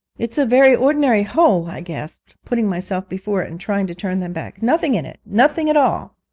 it's a very ordinary hole i gasped, putting myself before it and trying to turn them back. nothing in it nothing at all